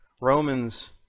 Romans